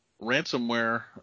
ransomware